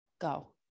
go